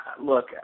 Look